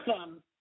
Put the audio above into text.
Awesome